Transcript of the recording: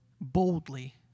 boldly